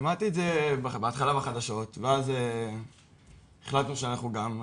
שמעתי את זה בהתחלה בחדשות ואז החלטנו שאנחנו גם,